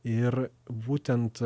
ir būtent